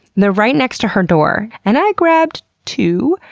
they're right next to her door and i grabbed two,